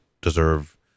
deserve